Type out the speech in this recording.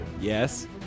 Yes